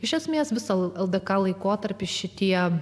iš esmės visą ldk laikotarpį šitie